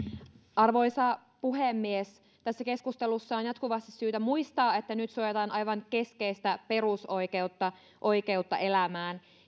arvoisa puhemies tässä keskustelussa on jatkuvasti syytä muistaa että nyt suojataan aivan keskeistä perusoikeutta oikeutta elämään